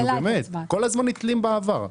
כל הזמן נתלים בעבר.